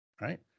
right